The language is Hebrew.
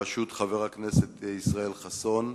בראשות חבר הכנסת ישראל חסון,